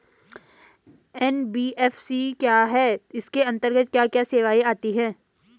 NBFC क्या है इसके अंतर्गत क्या क्या सेवाएँ आती हैं?